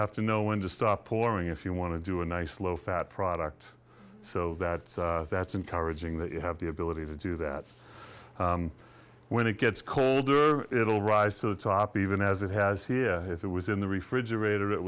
have to know when to stop pouring if you want to do a nice low fat product so that that's encouraging that you have the ability to do that when it gets colder it'll rise to the top even as it has here if it was in the refrigerator it